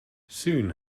soon